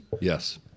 Yes